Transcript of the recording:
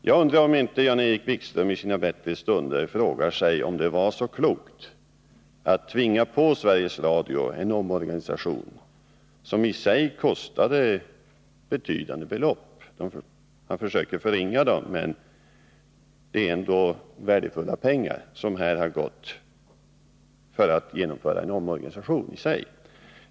Jag undrar om inte Jan-Erik Wikström i sina bättre stunder frågar sig om det var så klokt att tvinga på Sveriges Radio en omorganisation som i sig kostade betydande belopp. Man försökte förringa de ekonomiska konsekvenserna, men det är ändå värdefulla pengar som har gått till att genomföra själva omorganisationen.